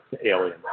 Alien